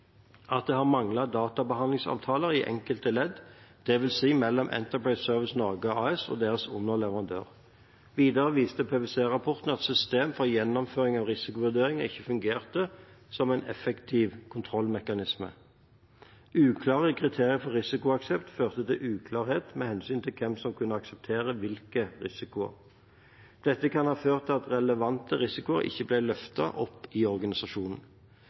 at det har manglet databehandleravtaler i enkelte ledd, dvs. mellom Enterprise Services Norge AS og deres underleverandører. Videre viste PwC-rapporten at system for gjennomføring av risikovurderinger ikke fungerte som en effektiv kontrollmekanisme. Uklare kriterier for risikoaksept førte til uklarhet med hensyn til hvem som kunne akseptere hvilke risikoer. Dette kan ha ført til at relevante risikoer ikke ble løftet opp i organisasjonen.